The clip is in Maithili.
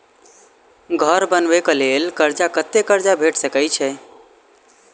घर बनबे कऽ लेल कर्जा कत्ते कर्जा भेट सकय छई?